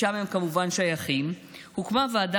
לשם הם כמובן שייכים, הוקמה ועדה